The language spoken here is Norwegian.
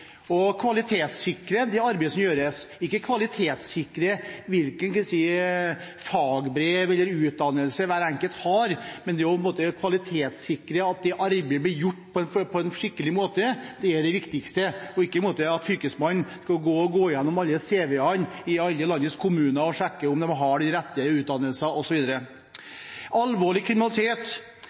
og å kvalitetssikre arbeidet som gjøres – ikke kvalitetssikre hvilke fagbrev eller hvilken utdannelse hver enkelt har, men kvalitetssikre at arbeidet blir gjort på en skikkelig måte. Det er det viktigste – ikke at fylkesmannen skal gå gjennom alle CV-ene i alle landets kommuner og sjekke at de har rett utdannelse, osv. Alvorlig kriminalitet er en av de største utfordringene vi har. Vi ser at kriminaliteten går ned, men den alvorlige kriminaliteten blir stadig mer alvorlig.